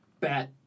bat